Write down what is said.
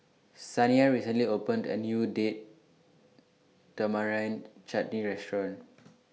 Shaniya recently opened A New Date Tamarind Chutney Restaurant